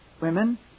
women